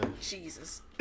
Jesus